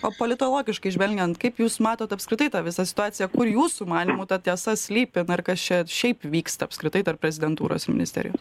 o politologiškai žvelgiant kaip jūs matot apskritai tą visą situaciją kur jūsų manymu ta tiesa slypi na ir kas čia šiaip vyksta apskritai tarp prezidentūros ir ministerijos